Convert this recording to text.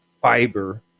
fiber